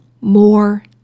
more